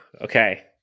Okay